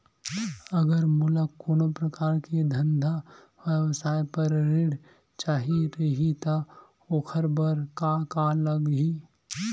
अगर मोला कोनो प्रकार के धंधा व्यवसाय पर ऋण चाही रहि त ओखर बर का का लगही?